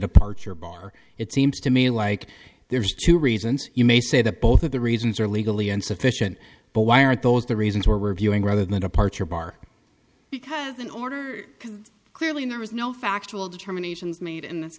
departure bar it seems to me like there's two reasons you may say that both of the reasons are legally insufficient but why aren't those the reasons we're reviewing rather than departure bar because in order because clearly there is no factual determination is made in this